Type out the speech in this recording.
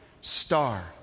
star